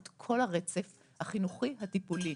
את כל הרצף החינוכי הטיפולי.